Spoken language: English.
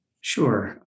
Sure